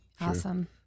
Awesome